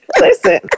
Listen